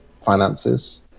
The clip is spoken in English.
finances